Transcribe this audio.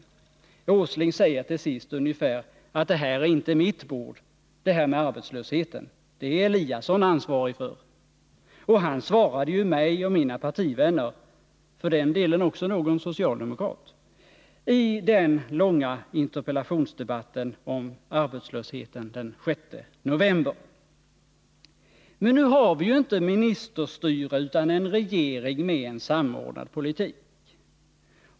Nils Åsling säger ungefär att det här med arbetslösheten inte är hans bord, utan det är Ingemar Eliasson ansvarig för, och han svarade ju mig och mina partivänner, för den delen också någon socialdemokrat, i den långa interpellationsdebatten om arbetslösheten den 6 november. Men nu har vi ju inte ministerstyre utan en regering med en samordnad politik.